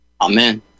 Amen